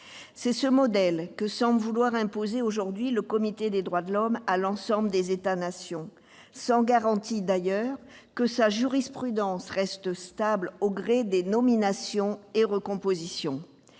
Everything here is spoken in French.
C'est ce modèle que semble vouloir imposer, aujourd'hui, le Comité des droits de l'homme à l'ensemble des États-nations, sans garantie d'ailleurs que sa jurisprudence reste stable, au gré des nominations et recompositions.